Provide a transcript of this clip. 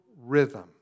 rhythm